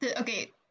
okay